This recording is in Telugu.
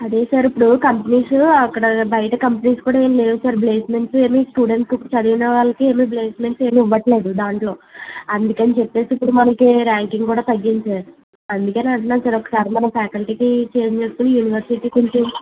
అదే సార్ ఇప్పుడు కంపెనీస్ అక్కడ బయట కంపెనీస్ కూడా ఏమి లేవు సార్ ప్లేసెమెంట్స్ ఏమి స్టూడెంట్స్కి ఇప్పుడు చదివిన వాళ్ళకి ఏమి ప్లేసెమెంట్స్ ఏమి ఇవ్వటం లేదు దాంట్లో అందుకని చెప్పేసి ఇప్పుడు మనకి ర్యాంకింగ్ కూడా తగ్గింది సార్ అందుకని అంటున్నాను సార్ ఒకసారి మన ఫ్యాకల్టీకి చేంజ్ చేసుకొని యూనివర్సిటీకి